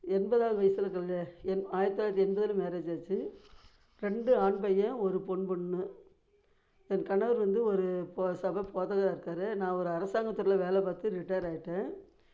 எண்பதாவது வயிசில் கல்ய ஆயிரத்து தொள்ளாயிரத்து எண்பதில் மேரேஜாச்சு ரெண்டு ஆண் பையன் ஒரு பெண் பொண்ணு என் கணவர் வந்து ஒரு போ சப போதகராக இருக்கார் நான் ஒரு அரசாங்கத்துறையில் வேலை பார்த்து ரிட்டையர் ஆயிட்டேன்